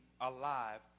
alive